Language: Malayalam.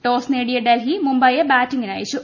ടോസ് നേടിയ ഡൽഹി മുംബൈയെ ബാറ്റിംഗിനയച്ചു